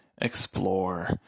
explore